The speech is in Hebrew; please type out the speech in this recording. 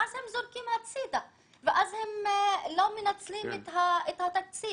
ואז הם זורקים הצדה ולא מנצלים את התקציב.